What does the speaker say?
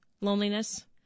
loneliness